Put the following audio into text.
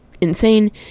insane